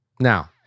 Now